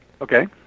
Okay